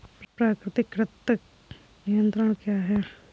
प्राकृतिक कृंतक नियंत्रण क्या है?